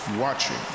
watching